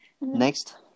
Next